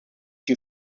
you